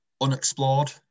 unexplored